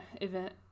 event